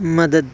مدد